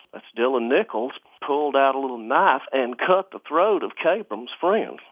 that's dylan nichols, pulled out a little knife and cut the throat of kabrahm's friend.